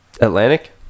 Atlantic